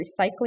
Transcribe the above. recycling